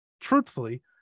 truthfully